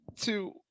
two